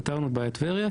פתרנו את בעיית טבריה",